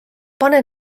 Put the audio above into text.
pane